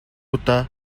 удаа